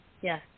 Yes